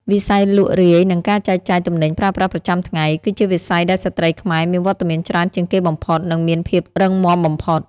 វិស័យលក់រាយ និងការចែកចាយទំនិញប្រើប្រាស់ប្រចាំថ្ងៃ គឺជាវិស័យដែលស្ត្រីខ្មែរមានវត្តមានច្រើនជាងគេបំផុត និងមានភាពរឹងមាំបំផុត។